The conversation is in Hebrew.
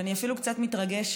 ואני אפילו קצת מתרגשת,